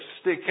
stick